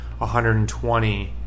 120